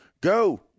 go